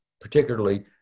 particularly